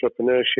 entrepreneurship